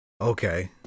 Okay